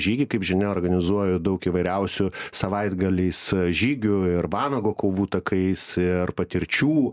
žygį kaip žinia organizuoja daug įvairiausių savaitgaliais žygių ir vanago kovų takais ir patirčių